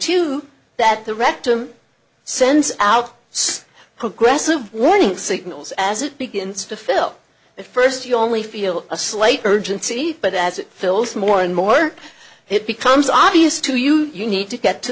two that the rectum sends out progressive warning signals as it begins to fill at first you only feel a slight urgency but as it fills more and more it becomes obvious to you you need to get to